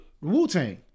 Wu-Tang